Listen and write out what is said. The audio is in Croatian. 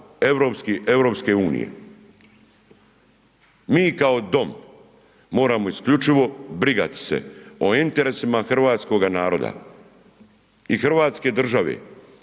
samo EU. Mi kao dom moramo isključivo brigati se o interesima hrvatskoga naroda i Hrvatske države.